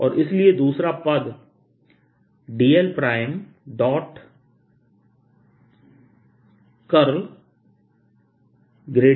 और इसलिए दूसरा पद dl1